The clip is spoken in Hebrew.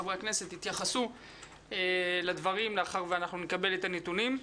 חברי הכנסת יתייחסו לדברים לאחר מכן ואנחנו נקבל את הנתונים.